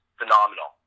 phenomenal